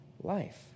life